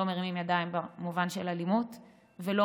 לא מרימים ידיים במובן של אלימות ולא